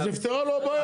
אז נפתרה לו הבעיה.